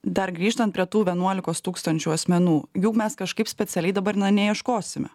dar grįžtant prie tų vienuolikos tūkstančių asmenų jų mes kažkaip specialiai dabar na neieškosime